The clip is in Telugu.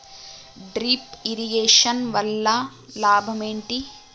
డ్రిప్ ఇరిగేషన్ వల్ల లాభం ఏంటి?